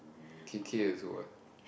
K K also what